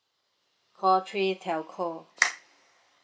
call three telco